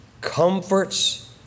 comforts